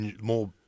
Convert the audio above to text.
more